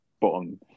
bottom